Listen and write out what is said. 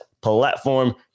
platform